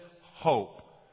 hope